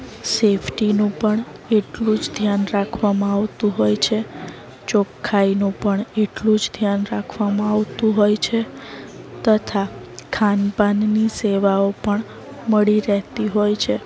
સેફટીનું પણ એટલું જ ધ્યાન રાખવામાં આવતું હોય છે ચોખ્ખાઈનું પણ એટલું જ ધ્યાન રાખવામાં આવતું હોય છે તથા ખાનપાનની સેવાઓ પણ મળી રહેતી હોય છે